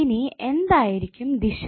ഇനി എന്തായിരിക്കും ദിശ